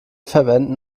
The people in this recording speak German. verwenden